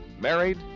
Married